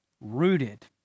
Rooted